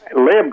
Lib